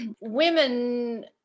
Women